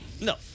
No